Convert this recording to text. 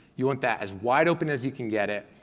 you want that as wide open as you can get it,